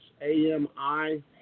A-M-I